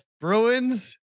Bruins